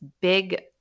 big